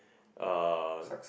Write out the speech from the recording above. a